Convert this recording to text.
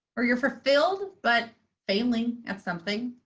or you're fulfilled? but failing at something?